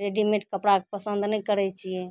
readymade कपड़ाके पसन्द नहि करै छिए